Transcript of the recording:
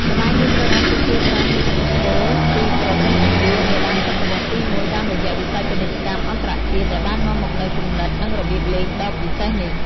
ល្បែងនេះត្រូវបានគេជឿថាមានឥទ្ធិពលពីប្រទេសឥណ្ឌានាដើមសតវត្សរ៍ទី១ តាមរយៈវិស័យពាណិជ្ជកម្មអន្តរជាតិ ដែលបាននាំមកនូវគំនិត និងរបៀបលេងដ៏ពិសេសនេះ។